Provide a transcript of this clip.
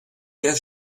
der